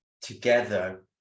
together